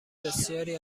بسیاری